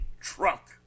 truck